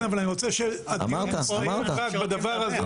כן, אבל אני רוצה --- רק בדבר הזה,